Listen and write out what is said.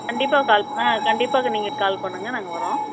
கண்டிப்பாக கால் ஆ கண்டிப்பாகக நீங்கள் கால் பண்ணுங்கள் நாங்கள் வர்றோம்